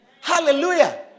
Hallelujah